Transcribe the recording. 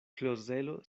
klozelo